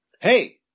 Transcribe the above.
Hey